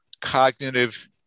cognitive